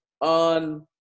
on